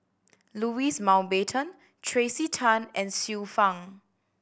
Louis Mountbatten Tracey Tan and Xiu Fang